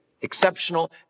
exceptional